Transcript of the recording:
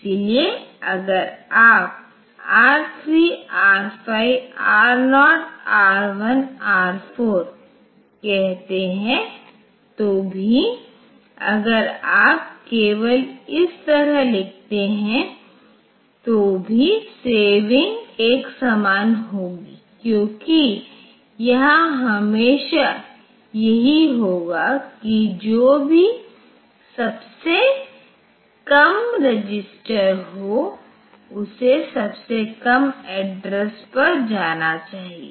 इसलिए अगर आप R3 R5 R0 R1 R 4 कहते हैं तो भी अगर आप केवल इस तरह लिखते हैं तो भी सेविंग एक समान होगी क्योंकि यहां हमेशा यही होगा कि जो भी सबसे कम रजिस्टर हो उसे सबसे कम एड्रेसपर जाना चाहिए